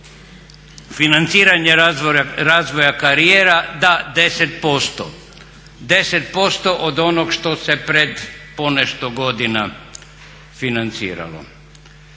financiranje razvoja karijera da 10%. 10% od onog što se pred ponešto godina financiralo.